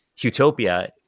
Utopia